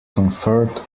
conferred